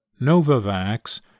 Novavax